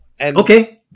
Okay